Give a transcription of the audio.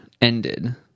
ended